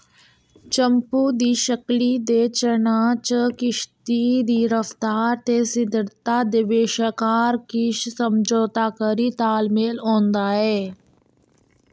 चम्पू दी शकली दे चनांऽ च किश्ती दी रफ्तार ते स्थिरता दे बश्कार किश समझौताकारी तालमेल होंदा ऐ